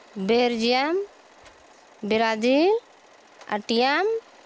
Belgium Brazil Argentina